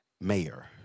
mayor